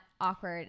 awkward